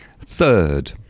third